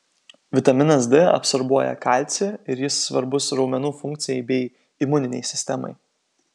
vitaminas d absorbuoja kalcį ir jis svarbus raumenų funkcijai bei imuninei sistemai